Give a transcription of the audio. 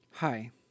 Hi